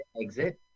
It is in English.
exit